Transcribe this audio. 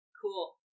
cool